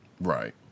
Right